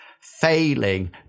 failing